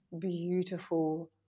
beautiful